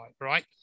right